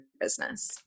business